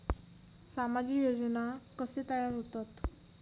सामाजिक योजना कसे तयार होतत?